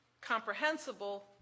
comprehensible